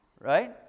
right